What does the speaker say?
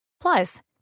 Plus